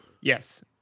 yes